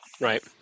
Right